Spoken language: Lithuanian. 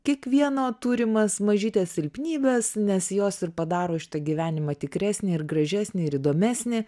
kiekvieno turimas mažytes silpnybes nes jos ir padaro šitą gyvenimą tikresnį ir gražesnį ir įdomesnį